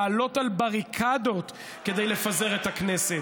לעלות על בריקדות כדי לפזר את הכנסת.